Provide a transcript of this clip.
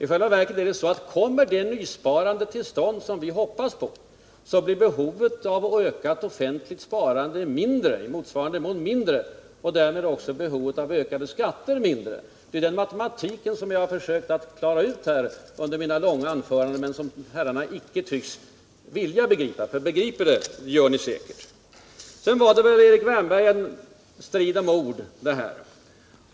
I själva verket är det så att kommer det nysparande till stånd som vi hoppas på, så blir behovet av ökat offentligt sparande i motsvarande grad mindre och därmed också behovet av ökade skatter mindre. Det är den matematiken som jag har försökt klara ut under mina långa anföranden men som herrarna inte tycks vilja begripa — för begriper det gör ni säkert. Sedan var det väl, Erik Wärnberg, en strid om ord.